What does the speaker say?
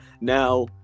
Now